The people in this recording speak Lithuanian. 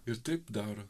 ir taip daro